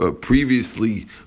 previously